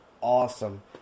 awesome